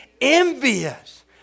envious